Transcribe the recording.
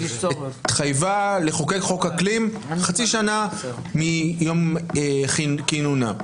התחייבה לחוקק חוק אקלים חצי שנה מיום כינונה.